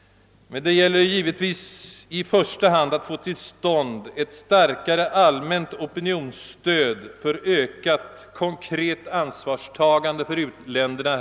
Men det gäller givetvis också att här hemma få till stånd ett starkare allmänt opinionsstöd för ökat, konkret ansvarstagande för uländerna.